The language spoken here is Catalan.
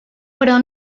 però